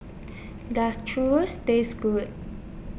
Does Churros Taste Good